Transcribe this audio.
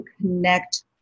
connect